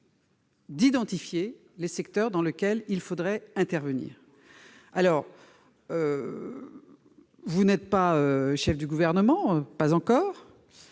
d'identifier les secteurs dans lesquels il faudrait intervenir. Vous n'êtes pas chef du Gouvernement, ou pas encore,